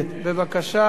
בבקשה.